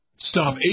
Stop